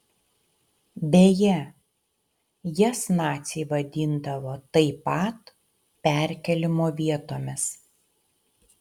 beje jas naciai vadindavo taip pat perkėlimo vietomis